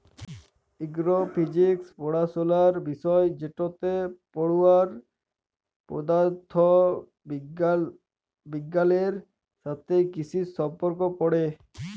এগ্র physics পড়াশলার বিষয় যেটতে পড়ুয়ারা পদাথথ বিগগালের সাথে কিসির সম্পর্ক পড়ে